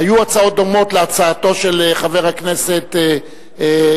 היו הצעות דומות להצעתו של חבר הכנסת אילטוב,